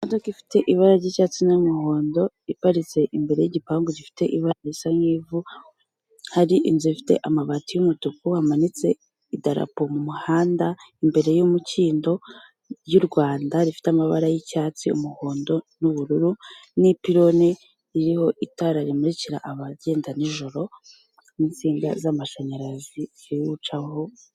Imodoka ifite ibara ry'icyatsi n'umuhondo, iparitse imbere y'igipangu gifite ibara risa n'ivu, hari inzu ifite amabati y'umutuku , hamanitse idarapo mu muhanda, imbere y'umukindo, ry'u Rwanda, rifite amabara y'icyatsi, umuhondo, n'ubururu, n'ipirone iriho itara rimurikira abagenda nijoro, n'insinga z'amashanyarazi ziwucaho.